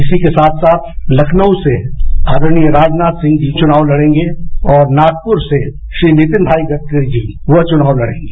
इसी के साथ साथ लखनऊ से आदरणीय राजनाथ जी चुनाव लड़ेगे और नागपुर से श्री नितिन भाई गडकरी जी वह चुनाव लड़ेंगे